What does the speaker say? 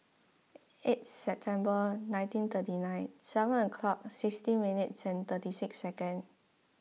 eight September nineteen thirty nine seven o'clock sixteen minutes and thirty six seconds